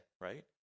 right